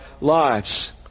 lives